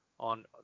On